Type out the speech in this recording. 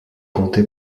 compté